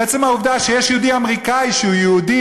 עצם העובדה שיש יהודי אמריקני שהוא יהודי